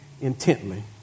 intently